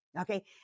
Okay